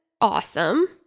awesome